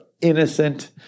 innocent